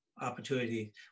opportunity